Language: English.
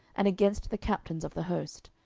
and against the captains of the host.